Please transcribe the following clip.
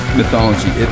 mythology